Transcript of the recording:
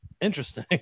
Interesting